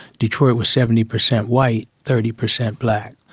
detroit was seventy percent white, thirty percent black.